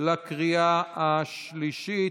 לקריאה השלישית.